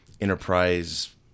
Enterprise